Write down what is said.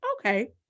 okay